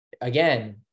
again